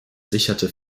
sicherte